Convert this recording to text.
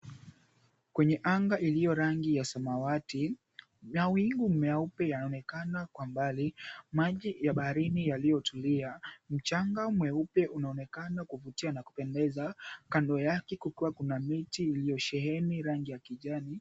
Kwenye anga iliyo rangi ya samawati mawingu meupe yanaonekana kwa mbali, maji ya baharini yaliyotulia, mchanga mweupe unaonekana kuvutia na kupendeza kando yake kukiwa na miti iliyosheheni rangi ya kijani.